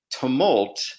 tumult